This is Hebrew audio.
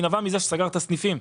היא נבעה מכך שסגרת סניפים.